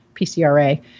PCRA